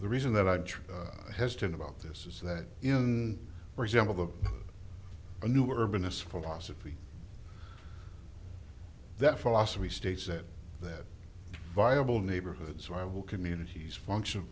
the reason that i hesitant about this is that in for example the a new urbanists philosophy that philosophy states that that viable neighborhoods i will communities function